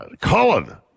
Colin